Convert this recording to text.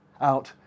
Out